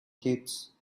kids